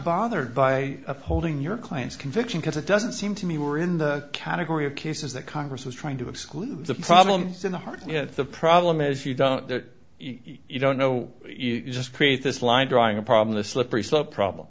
bothered by upholding your client's conviction because it doesn't seem to me we're in the category of cases that congress was trying to exclude the problems in the heart of the problem is you don't you don't know you just create this line drawing a problem the slippery slope problem